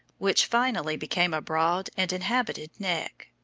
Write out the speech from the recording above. which finally became a broad and inhabited neck.